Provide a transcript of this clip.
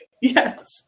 Yes